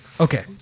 Okay